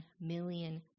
million